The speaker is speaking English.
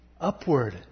upward